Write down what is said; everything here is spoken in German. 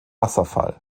wasserfall